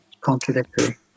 Contradictory